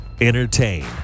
Entertain